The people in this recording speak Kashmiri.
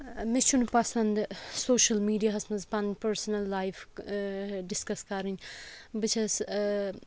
مےٚ چھُنہٕ پَسَنٛد سوشَل میٖڈیاہَس منٛز پَنٕنۍ پٔرسٕنَل لایف ڈِسکَس کَرٕنۍ بہٕ چھَس